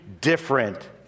different